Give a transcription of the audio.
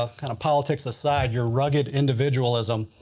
ah kind of politics aside, your rugged individualism.